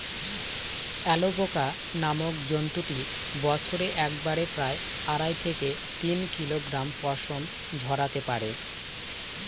alpaca নামক জন্তুটি বছরে একবারে প্রায় আড়াই থেকে তিন কিলোগ্রাম পশম ঝোরাতে পারে